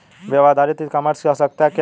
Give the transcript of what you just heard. Web आधारित e commerce की आवश्यकता क्या है?